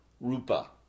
rupa